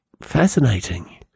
fascinating